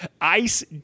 Ice